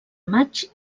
maig